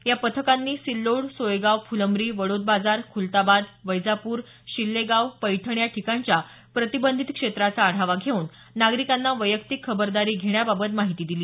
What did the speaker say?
या पथकांनी सिल्लोड सोयगाव फुलंब्री वडोदबाजार खुलताबाद वैजापूर शिल्लेगाव पैठण या ठिकाणच्या प्रतिबंधित क्षेत्राचा आढावा घेऊन नागरिकांना वैयक्तिक खबरदारी घेण्याबाबत माहिती दिली